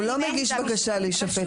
הוא לא מגיש בקשה להישפט.